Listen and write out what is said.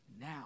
now